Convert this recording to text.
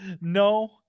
No